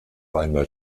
einmal